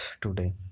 today